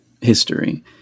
history